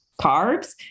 carbs